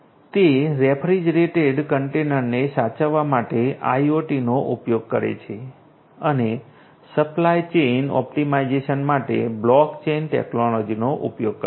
તે રેફ્રિજરેટેડ કન્ટેનરને સાચવવા માટે IoT નો ઉપયોગ કરે છે અને સપ્લાય ચેઇન ઓપ્ટિમાઇઝેશન માટે બ્લોકચેન ટેકનોલોજીનો ઉપયોગ કરે છે